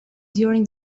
during